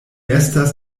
estas